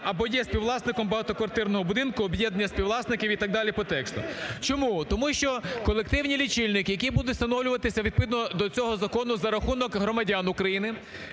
"або є співвласником багатоквартирного будинку, об'єднання співвласників…" і так далі по тексту. Чому? Тому що колективні лічильники, які будуть встановлюватися відповідно до цього закону за рахунок громадян України,